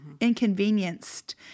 inconvenienced